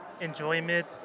enjoyment